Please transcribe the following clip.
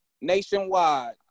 nationwide